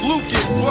Lucas